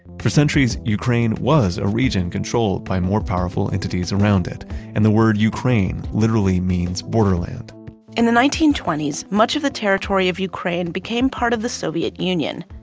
for centuries, ukraine was a region controlled by more powerful entities around it and the word ukraine literally means borderland in the nineteen twenty s, much of the territory of ukraine became part of the soviet union.